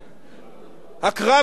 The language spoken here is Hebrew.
הקרב הזה, עד היום,